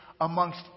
amongst